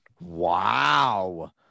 Wow